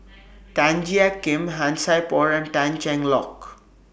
Tan Jiak Kim Han Sai Por and Tan Cheng Lock